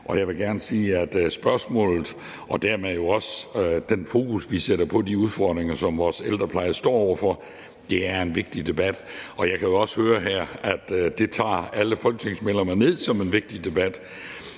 og jeg vil gerne sige, at spørgsmålet og dermed jo også den fokus, vi sætter på de udfordringer, vores ældrepleje står over for, er en vigtig debat. Jeg kan jo også høre her, at det tager alle folketingsmedlemmer ned som en vigtig debat.